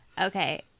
Okay